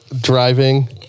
driving